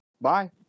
Bye